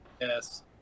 Yes